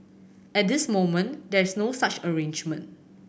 at this moment there is no such arrangement